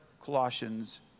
Colossians